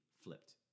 flipped